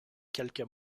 quelques